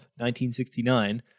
1969